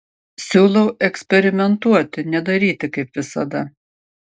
siūlau eksperimentuoti nedaryti kaip visada